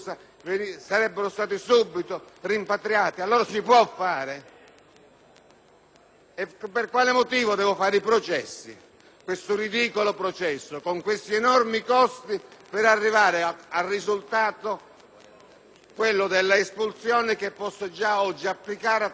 Per quale motivo dobbiamo fare questo ridicolo processo, con questi enormi costi, per arrivare al risultato dell'espulsione che posso già oggi applicare attraverso la norma che già esiste. Ecco perché riteniamo